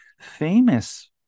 famous